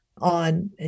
on